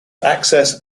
access